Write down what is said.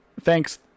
Thanks